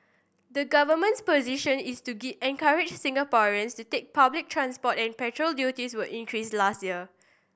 the government's position is to encourage Singaporeans to take public transport and petrol duties were increased last year